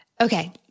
Okay